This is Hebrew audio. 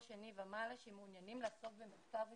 שני ומעלה שמעוניינים לעסוק במחקר ופיתוח,